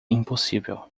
impossível